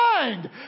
mind